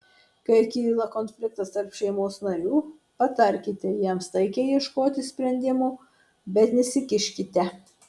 kai kyla konfliktas tarp šeimos narių patarkite jiems taikiai ieškoti sprendimo bet nesikiškite